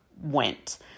went